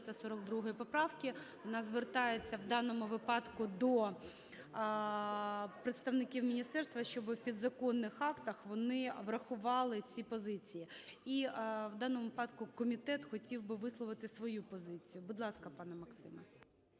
вона звертається в даному випадку до представників міністерства, щоби в підзаконних актах вони врахували ці позиції. І в даному випадку комітет хотів би висловити свою позицію. Будь ласка, пане Максиме.